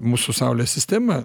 mūsų saulės sistema